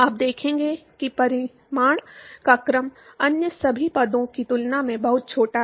आप देखेंगे कि परिमाण का क्रम अन्य सभी पदों की तुलना में बहुत छोटा है